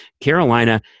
Carolina –